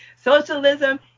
Socialism